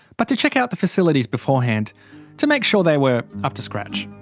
but to check out the facilities beforehand to make sure they were up to scratch.